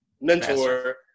mentor